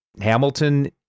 Hamilton